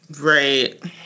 Right